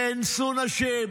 נאנסו נשים,